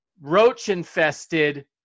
roach-infested